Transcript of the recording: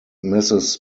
mrs